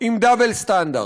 עם דאבל-סטנדרט,